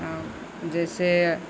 जैसे